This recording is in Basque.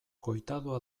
koitadua